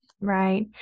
right